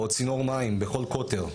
או צינור מים בכל קוטר,